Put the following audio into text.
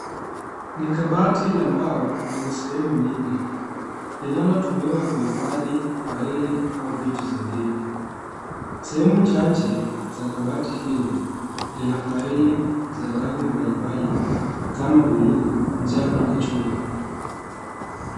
Ni kabati la mbao lenye sehemu nyingi linalotumiwa kuhifadhi faili au vitu zingine, sehemu chache za kabati hilo lina faili za rangi mbali mbali kama bulu, njani na chungwa.